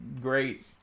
great